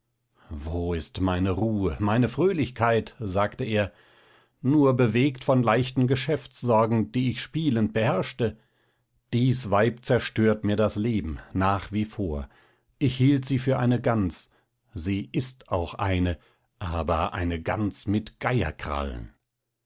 wo ist meine ruhe meine fröhlichkeit sagte er nur bewegt von leichten geschäftssorgen die ich spielend beherrschte dies weib zerstört mir das leben nach wie vor ich hielt sie für eine gans sie ist auch eine aber eine gans mit geierkrallen